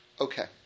Okay